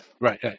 Right